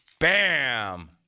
Bam